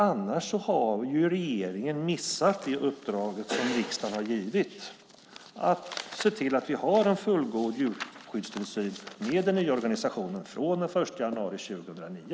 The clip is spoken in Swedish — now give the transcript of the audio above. Annars har regeringen missat det uppdrag riksdagen har gett - att se till att vi har en fullgod djurskyddstillsyn med den nya organisationen från den 1 januari 2009.